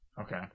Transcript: Okay